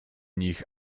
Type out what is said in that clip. nich